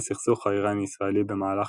הסכסוך האיראני-ישראלי במהלך